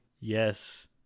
Yes